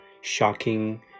shocking